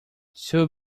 two